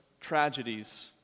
tragedies